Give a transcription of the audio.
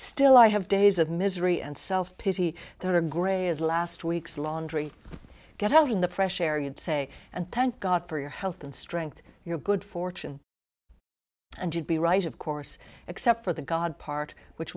still i have days of misery and self pity that are grey as last week's laundry get out in the fresh air you'd say and thank god for your health and strength your good fortune and you'd be right of course except for the god part which